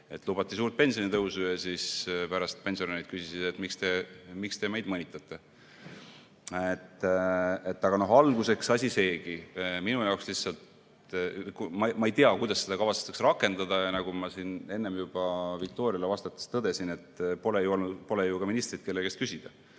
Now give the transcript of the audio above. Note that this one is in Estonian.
Lubati suurt pensionitõusu ja siis pärast pensionärid küsisid, et miks te meid mõnitate. Aga no alguseks asi seegi. Ma ei tea, kuidas seda kavatsetakse rakendada. Nagu ma enne juba Viktoriale vastates tõdesin, pole ju ka ministrit, kelle käest küsida,